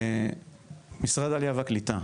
משרד העלייה והקליטה,